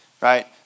right